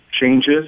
changes